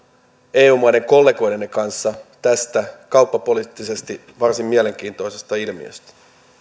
eu maiden kollegoidenne kanssa tästä kauppapoliittisesti varsin mielenkiintoisesta ilmiöstä